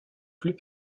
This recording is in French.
plus